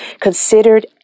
considered